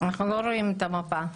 לא רואים מפה.